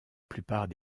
plupart